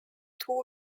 two